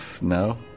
No